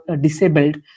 disabled